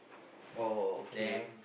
oh okay